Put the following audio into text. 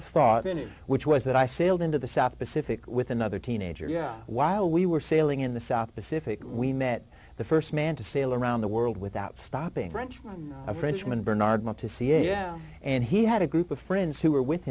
of thought in it which was that i sailed into the south pacific with another teenager yeah while we were sailing in the south pacific we met the st man to sail around the world without stopping french a frenchman bernard went to see a yeah and he had a group of friends who were with